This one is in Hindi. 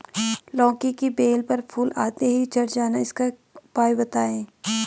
लौकी की बेल पर फूल आते ही झड़ जाना इसका उपाय बताएं?